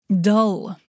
dull